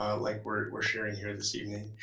um like we're we're sharing here this evening.